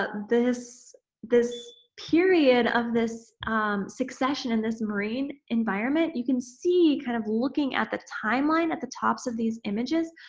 but this this period of this succession in this marine environment you can see, kind of looking at the timeline, at the tops of these images,